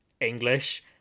english